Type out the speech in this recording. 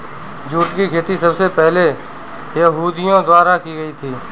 jute की खेती सबसे पहले यहूदियों द्वारा की गयी थी